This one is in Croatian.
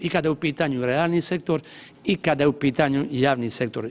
I kada je u pitanju realni sektor i kada je u pitanju javni sektor.